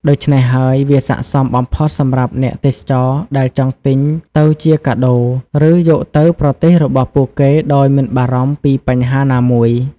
ដូច្នេះហើយ វាស័ក្តិសមបំផុតសម្រាប់អ្នកទេសចរណ៍ដែលចង់ទិញទៅជាកាដូ ឬយកទៅប្រទេសរបស់ពួកគេដោយមិនបារម្ភពីបញ្ហាណាមួយ។